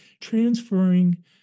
transferring